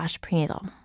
prenatal